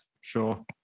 Sure